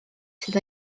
sydd